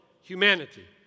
humanity